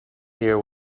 here